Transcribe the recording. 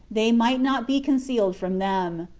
they might not be concealed from them.